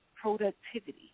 productivity